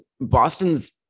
Boston's